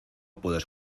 puedes